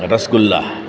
rasgulla